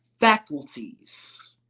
faculties